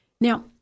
Now